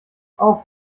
auch